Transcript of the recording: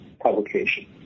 publication